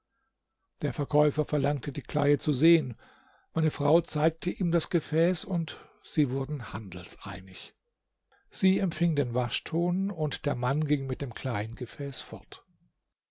der verkäufer verlangte die kleie zu sehen meine frau zeigte ihm das gefäß und sie wurden handelseinig sie empfing den waschton und der mann ging mit dem kleiengefäß fort